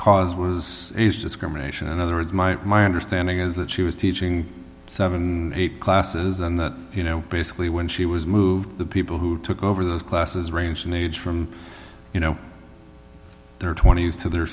cause was discrimination in other words my my understanding is that she was teaching seven or eight classes and that you know basically when she was moved the people who took over those classes ranged in age from you know their twenty's to their